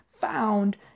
found